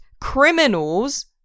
criminals